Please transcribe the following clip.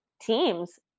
teams